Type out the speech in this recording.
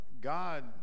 God